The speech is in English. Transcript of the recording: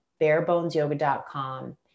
barebonesyoga.com